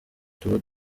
tuba